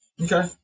Okay